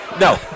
No